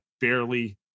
barely